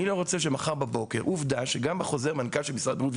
אני לא רוצה שמחר בבוקר -- עובדה שגם בחוזר מנכ"ל של משרד הבריאות,